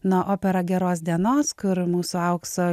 na opera geros dienos kur mūsų aukso